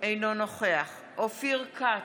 אינו נוכח אופיר כץ,